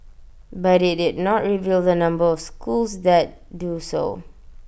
but IT did not reveal the number of schools that do so